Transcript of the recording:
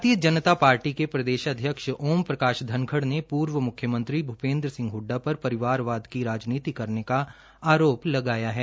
भारतीय जनता पार्टी के प्रदेशाध्यक्ष ओम प्रकाश धनखड़ ने पूर्व मुख्यमंत्री भूपेन्द्र सिंह हडडा पर परिवारवाद की राजनीति करने का आरोप लगाया है